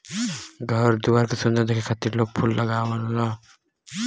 घर दुआर के सुंदर दिखे खातिर लोग फूल लगावलन